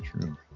true